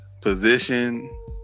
position